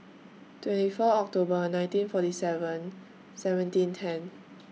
twenty four October nineteen forty seven seventeen ten